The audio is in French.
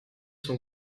son